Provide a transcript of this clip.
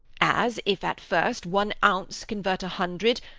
as, if at first one ounce convert a hundred,